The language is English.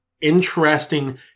interesting